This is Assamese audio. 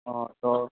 অঁ ত'